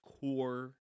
core